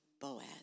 Boaz